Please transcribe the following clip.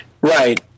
Right